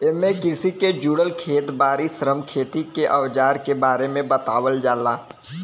एमे कृषि के जुड़ल खेत बारी, श्रम, खेती के अवजार के बारे में बतावल जाला